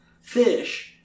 Fish